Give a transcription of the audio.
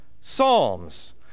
psalms